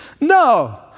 No